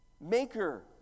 maker